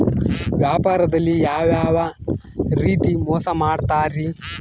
ವ್ಯಾಪಾರದಲ್ಲಿ ಯಾವ್ಯಾವ ರೇತಿ ಮೋಸ ಮಾಡ್ತಾರ್ರಿ?